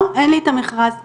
לא, אין לי את המכרז כאן.